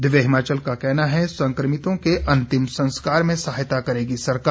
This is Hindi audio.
दिव्य हिमाचल का कहना है संकमितों के अंतिम संस्कार में सहायता करेगी सरकार